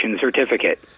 certificate